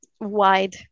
wide